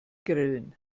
grillen